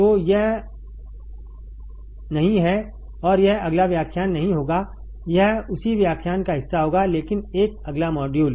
तो यह नहीं है और यह अगला व्याख्यान नहीं होगा यह उसी व्याख्यान का हिस्सा होगा लेकिन एक अगला मॉड्यूल